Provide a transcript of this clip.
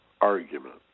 argument